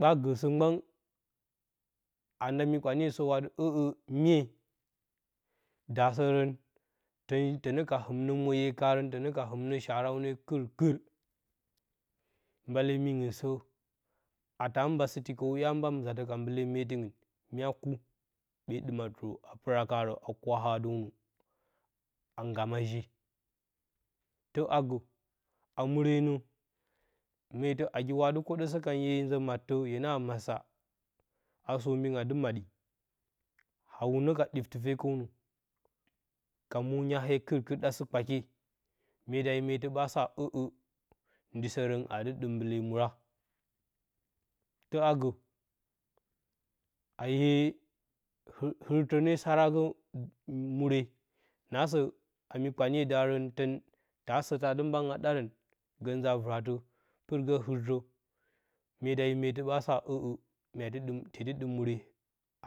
Ɓaa gəsə gban na nda myi kpange səw ati ə'ə myee daasərən tən ənə ka hɨmnə morye kaarən lənə ka hɨmnə sharawne kɨrkɨr mbale miingɨn sə ata mba sɨti kəw ya mba nzaatə ka mbale meetɨ ngɨn mya ku, ɓee ɗɨmatɨrə a pɨra kaarə a kwahadəwnə a nggama je, təagə, a muure nə, meetə nagi hwa dɨ kwoɗəsə kan, hye nzə mattə hye na hag matsa, a sobi nga dɨ maɗɨ a hwunə ka dɨt tɨpe kəwnə ka mwo nyahee kɨr kɨr ɗasɨ kpakye myee dago meetə ba sa ə'ə ndyisərən a adɨ ɗɨm mbale muura. Tə a gə a hye hɨrtə nee saaragə muure, naasə a mi kpanye daarən tər ta asə tadɨ mban a ɗaarəngə nza vɨratə pirgə nirtə, mye da yo meeta ɓasa ə'ə mya dɨ dɨm te dɨ dɨm muure